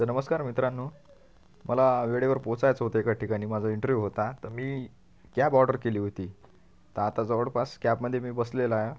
तर नमस्कार मित्रांनो मला वेळेवर पोचायचं होतं एका ठिकाणी माझा इंटरव्ह्यू होता तर मी कॅब ऑर्डर केली होती तर आता जवळपास मी कॅबमध्ये मी बसलेला आहे